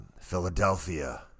Philadelphia